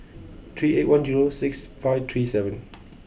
three eight one zero six five three seven